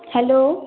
hello